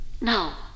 Now